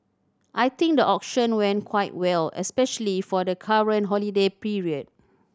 I think the auction went quite well especially for the current holiday period